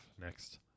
Next